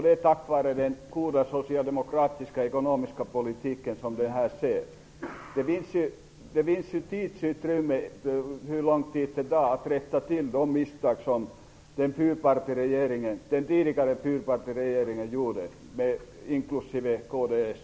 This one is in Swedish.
Det är tack vare den goda socialdemokratiska ekonomiska politiken som detta sker. Det tar en viss tid att rätta till de misstag som gjordes av den tidigare fyrpartiregeringen, inklusive kds.